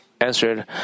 answered